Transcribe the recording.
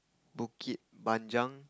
Bukit-Panjang